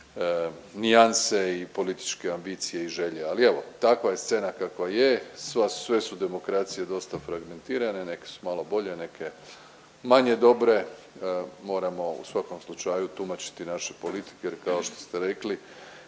nijanse i političke ambicije i želje. Ali evo takva je scena kakva je, sve su demokracije dosta fragmentirane. Neke su malo bolje, neke manje dobre. Moramo u svakom slučaju tumačiti naše politike, jer kao što ste rekli